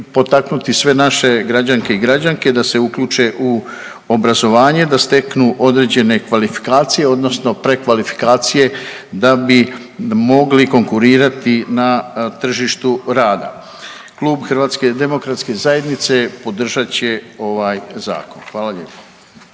sve naše građanke i građane da se uključe u obrazovanje, da steknu određene kvalifikacije odnosno prekvalifikacije da bi mogli konkurirati na tržištu rada. Klub HDZ-a podržat će ovaj zakon. Hvala lijepo.